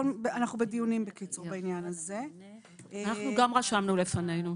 אנחנו גם רשמנו לפנינו.